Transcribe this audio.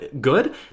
good